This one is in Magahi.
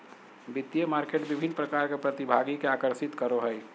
वित्तीय मार्केट विभिन्न प्रकार के प्रतिभागि के आकर्षित करो हइ